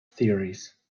theories